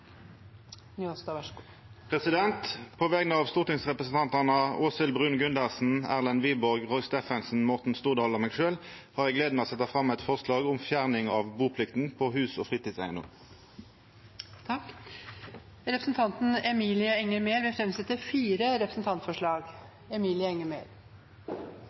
Njåstad vil framsette et representantforslag. På vegner av stortingsrepresentantane Åshild Bruun-Gundersen, Erlend Wiborg, Roy Steffensen, Morten Stordalen og meg sjølv har eg gleda av å setja fram eit forslag om fjerning av buplikta på hus- og fritidseigedomar. Representanten Emilie Enger Mehl vil framsette fire representantforslag.